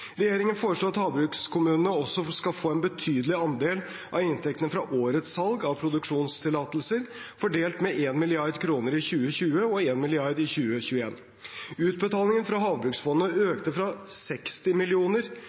Regjeringen foreslår at havbrukskommunene også skal få en betydelig andel av inntektene fra årets salg av produksjonstillatelser, fordelt med 1 mrd. kr i 2020 og 1 mrd. kr i 2021. Utbetalinger fra havbruksfondet økte fra 60